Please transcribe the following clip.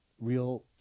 real